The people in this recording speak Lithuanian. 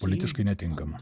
politiškai netinkamu